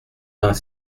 vingt